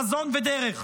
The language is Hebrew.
חזון ודרך.